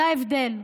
זה ההבדל.